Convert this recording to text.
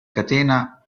catena